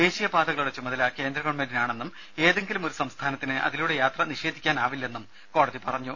ദേശീയപാതകളുടെ ചുമതല കേന്ദ്ര ഗവൺമെന്റിനാണെന്നും ഏതെങ്കിലും ഒരു സംസ്ഥാനത്തിന് അതിലൂടെ യാത്ര നിഷേധിക്കാനാവില്ലെന്നും കോടതി പറഞ്ഞു